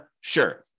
Sure